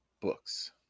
books